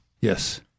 Yes